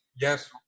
Yes